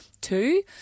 two